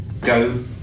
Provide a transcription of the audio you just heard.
Go